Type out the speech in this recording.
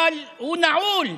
אבל הוא נעול,